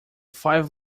five